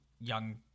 young